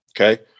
okay